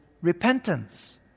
repentance